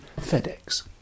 FedEx